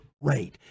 rate